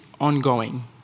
ongoing